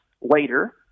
later